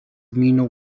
miną